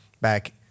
back